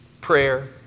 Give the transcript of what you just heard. prayer